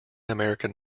american